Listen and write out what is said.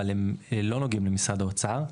אבל הם לא נוגעים למשרד האוצר.